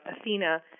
Athena